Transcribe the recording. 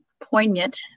poignant